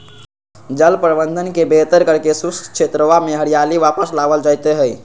जल प्रबंधन के बेहतर करके शुष्क क्षेत्रवा में हरियाली वापस लावल जयते हई